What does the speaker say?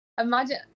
imagine